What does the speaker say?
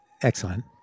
excellent